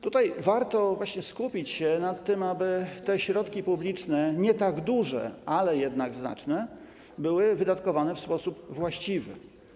Tutaj warto skupić się na tym, aby te środki publiczne, nie tak duże, ale jednak znaczne, były wydatkowane w sposób właściwy.